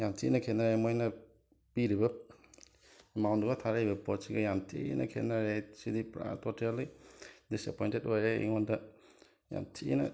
ꯌꯥꯝꯅ ꯊꯤꯅ ꯈꯦꯠꯅꯔꯦ ꯃꯣꯏꯅ ꯄꯤꯔꯤꯕ ꯑꯦꯃꯥꯎꯟꯗꯨꯒ ꯊꯥꯔꯛꯏꯕ ꯄꯣꯠꯁꯤꯒ ꯌꯥꯝꯅ ꯊꯤꯅ ꯈꯦꯠꯅꯔꯦ ꯁꯤꯗꯤ ꯄꯨꯔꯥ ꯇꯣꯇꯦꯂꯤ ꯗꯤꯁꯑꯄꯣꯏꯟꯇꯦꯗ ꯑꯣꯏꯔꯦ ꯑꯩꯉꯣꯟꯗ ꯌꯥꯝꯅ ꯊꯤꯅ